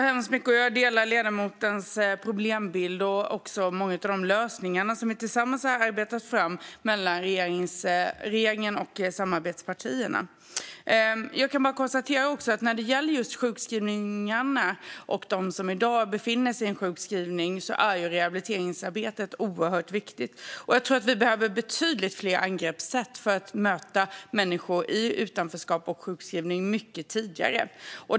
Herr talman! Jag delar ledamotens problembild och många av de lösningar som regeringen och samarbetspartiet har arbetat fram tillsammans. Jag kan konstatera att rehabiliteringsarbetet är oerhört viktigt när det gäller just sjukskrivningarna och dem som i dag befinner sig i en sjukskrivning. Jag tror att vi behöver betydligt fler angreppssätt för att möta människor i utanförskap och sjukskrivning mycket tidigare.